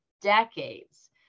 decades